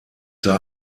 sei